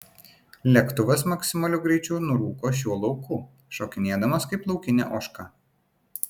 lėktuvas maksimaliu greičiu nurūko šiuo lauku šokinėdamas kaip laukinė ožka